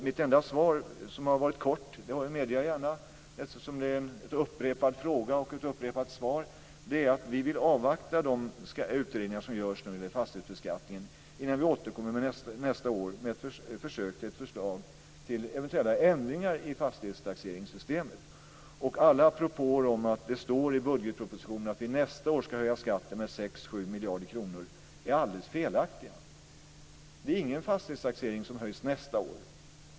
Mitt enda svar som är kort - det medger jag, eftersom det är en upprepad fråga och ett upprepat svar - är att vi vill avvakta de utredningar som pågår när det gäller fastighetsbeskattningen innan vi återkommer nästa år med förslag till eventuella ändringar i fastighetstaxeringssystemet. Alla propåer om att det i budgetpropositionen står att vi nästa år ska höja skatten med 6-7 miljarder kronor är alldeles felaktiga. Det är ingen fastighetstaxering som höjs nästa år.